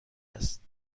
است